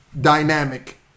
dynamic